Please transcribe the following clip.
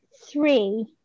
three